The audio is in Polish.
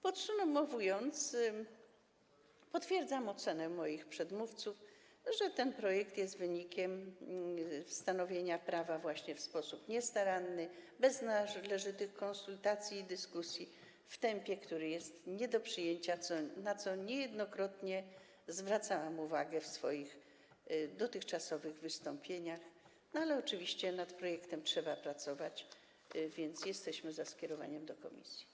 Podsumowując, potwierdzam ocenę moich przedmówców, że ten projekt jest wynikiem stanowienia prawa w sposób niestaranny, bez należytych konsultacji, dyskusji i w tempie, które jest nie do przyjęcia, na co niejednokrotnie zwracałam uwagę w swoich dotychczasowych wystąpieniach, ale oczywiście nad projektem trzeba pracować, więc jesteśmy za skierowaniem go do komisji.